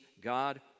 God